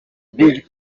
big